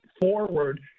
forward